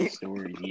story